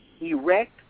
erect